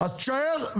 אז תישאר,